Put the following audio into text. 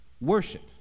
worship